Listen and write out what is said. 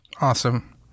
Awesome